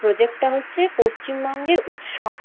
প্রোজেক্টটা হচ্ছে পশ্চিমবঙ্গের উৎসব